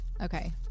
Okay